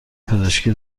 پزشکی